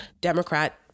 Democrat